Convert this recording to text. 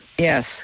Yes